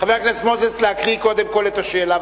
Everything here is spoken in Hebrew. חבר הכנסת מוזס, להקריא קודם כול את השאלה.